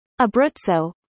Abruzzo